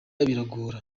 biragora